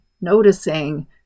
noticing